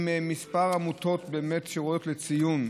עם כמה עמותות שבאמת ראויות לציון,